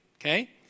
okay